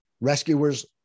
Rescuers